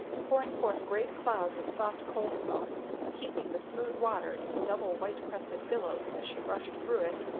pouring forth great clouds of soft-coal smoke and heaping the smooth water into double white-crested billows as she rushed through it,